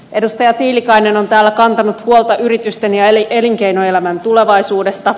edustaja tiilikainen on täällä kantanut huolta yritysten ja elinkeinoelämän tulevaisuudesta